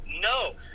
No